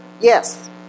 yes